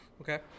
Okay